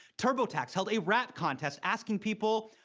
turbotax held a rap contest, asking people,